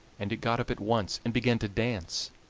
and it got up at once and began to dance.